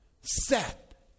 set